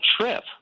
trip